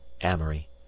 amory